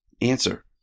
answer